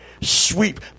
Sweep